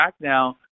now